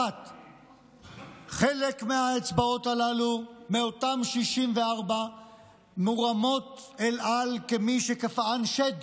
1. חלק מהאצבעות הללו מאותן 64 מורמות אל על כמי שקפאן שד.